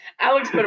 Alex